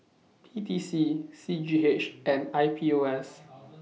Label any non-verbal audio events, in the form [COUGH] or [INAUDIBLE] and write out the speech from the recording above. P T C C G H [NOISE] and I P O S